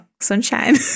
sunshine